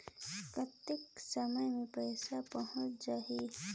कतेक समय मे पइसा पहुंच जाही?